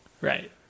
Right